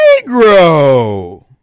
Negro